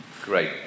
Great